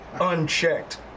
unchecked